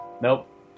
Nope